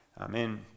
amen